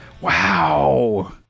Wow